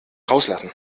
rauslassen